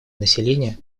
население